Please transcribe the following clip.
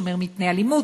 שומר מפני אלימות,